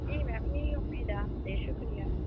جی ma'am یہی امید ہے آپ سے شکریہ